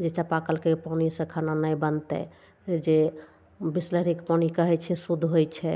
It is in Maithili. जे चापाकलके पानिसँ खाना नहि बनतय जे बिसलेरीके पानि कहय छै शुद्ध होइ छै